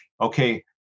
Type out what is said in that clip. Okay